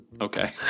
okay